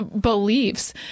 beliefs